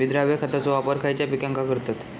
विद्राव्य खताचो वापर खयच्या पिकांका करतत?